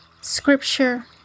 scripture